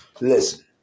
Listen